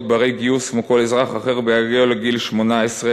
בני גיוס כמו כל אזרח אחר בהגיעו לגיל 18,